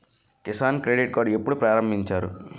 Kisan credit card ఎప్పుడు ప్రారంభించారు?